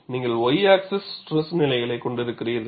நீங்கள் y axis stress நிலைகளைக் கொண்டிருக்கிறீர்கள்